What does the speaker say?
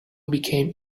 became